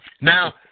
Now